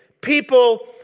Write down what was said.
People